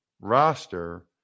roster